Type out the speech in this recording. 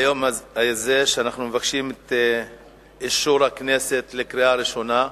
ליום הזה שאנחנו מבקשים את אישור הכנסת בקריאה ראשונה.